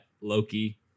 Loki